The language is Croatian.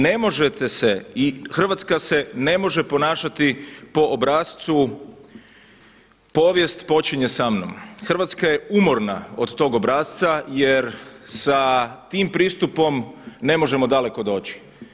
Ne možete se i Hrvatska se ne može ponašati po obrascu „povijest počinje sa mnom“, Hrvatska je umorna od tog obrasca jer sa tim pristupom ne možemo daleko doći.